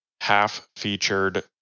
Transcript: half-featured